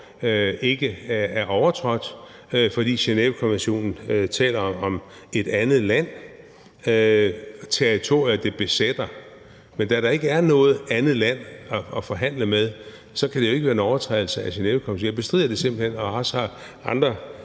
ikke er overtrådt, fordi Genèvekonventionen taler om, at der skal være tale om et andet land, hvis territorie man besætter. Men da der ikke er noget andet land at forhandle med, så kan det jo ikke være en overtrædelse af Genèvekonventionen. Jeg bestrider det simpelt hen, og der er